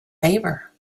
favor